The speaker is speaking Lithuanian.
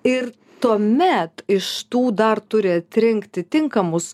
ir tuomet iš tų dar turi atrinkti tinkamus